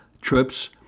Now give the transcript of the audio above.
trips